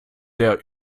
der